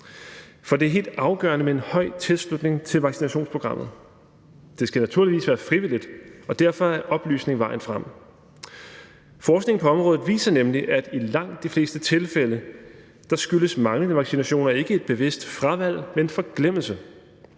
for det er helt afgørende med en høj tilslutning til vaccinationsprogrammet. Det skal naturligvis være frivilligt, og derfor er oplysning vejen frem. Forskning på området viser nemlig, at i langt de fleste tilfælde skyldes manglende vaccinationer ikke et bevidst fravalg, men forglemmelse.